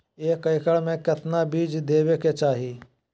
एक एकड़ मे केतना बीज देवे के चाहि?